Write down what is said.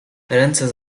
ręce